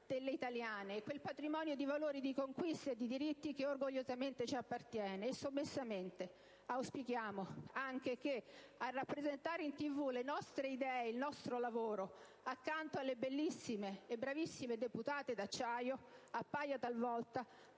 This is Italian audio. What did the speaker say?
delle italiane e quel patrimonio di valori, di conquiste e di diritti che orgogliosamente ci appartiene. E sommessamente auspichiamo anche che a rappresentare in TV le nostre idee e il nostro lavoro, accanto alle bellissime e bravissime deputate d'acciaio, appaia, talvolta,